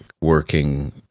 working